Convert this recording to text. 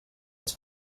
its